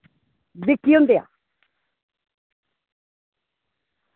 बिक्की हुं'दे आ